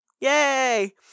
Yay